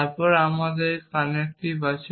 তারপর আমাদের কানেক্টিভ আছে